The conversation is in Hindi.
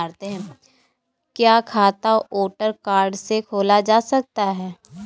क्या खाता वोटर कार्ड से खोला जा सकता है?